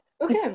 Okay